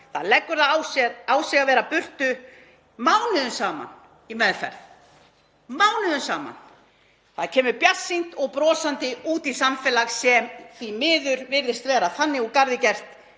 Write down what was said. það leggur það á sig að vera burtu mánuðum saman í meðferð. Það kemur bjartsýnt og brosandi út í samfélag sem því miður virðist vera þannig úr garði gert